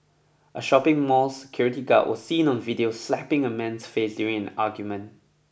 a shopping mall security guard was seen on video slapping a man's face during an argument